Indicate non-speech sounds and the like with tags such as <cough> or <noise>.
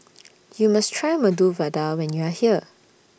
<noise> YOU must Try Medu <noise> Vada when YOU Are here